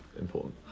important